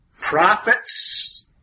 prophets